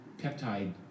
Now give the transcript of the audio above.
peptide